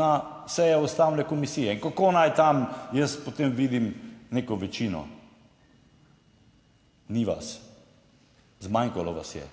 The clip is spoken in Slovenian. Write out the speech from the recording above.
na seje Ustavne komisije in kako naj tam jaz potem vidim neko večino. Ni vas. Zmanjkalo vas je.